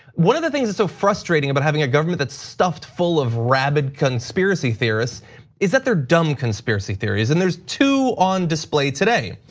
one of the things that's so frustrating about having a government that's stuffed full of rabid conspiracy theories is that they're dumb conspiracy theories, and there's two on display today.